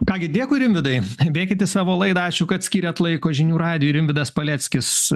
ką gi dėkui rimvydai bėkit į savo laidą ačiū kad skyrėt laiko žinių radijui rimvydas paleckis